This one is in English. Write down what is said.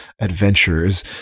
adventurers